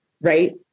Right